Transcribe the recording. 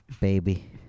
baby